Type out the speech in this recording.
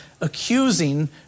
accusing